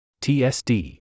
TSD